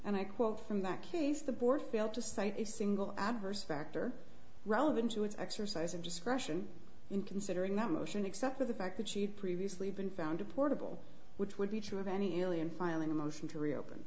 and i quote from that case the board failed to cite a single adverse factor relevant to its exercise of discretion in considering that motion except for the fact that she had previously been found to portable which would be true of any alien filing a motion to reopen